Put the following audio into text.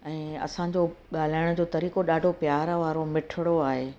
ऐं असांजो ॻाल्हाइण जो तरीक़ो ॾाढो प्यार वारो मिठड़ो आहे